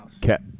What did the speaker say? cat